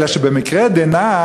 אלא שבמקרה דנן,